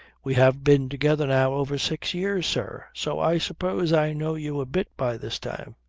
we have been together now over six years, sir, so i suppose i know you a bit by this time.